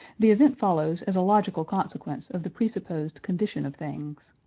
the event follows as a logical consequence of the presupposed condition of things.